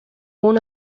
uno